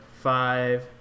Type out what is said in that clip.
five